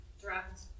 draft